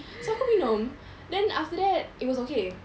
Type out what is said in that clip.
so aku minum then after that it was okay